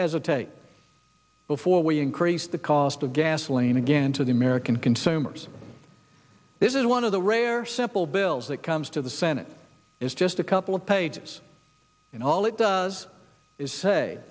hesitate before we increase the cost of gasoline again to the american consumers this is one of the rare simple bills that comes to the senate is just a couple of pages and all it does is say